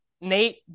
Nate